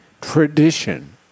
tradition